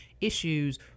issues